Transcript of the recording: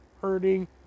hurting